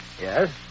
Yes